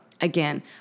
Again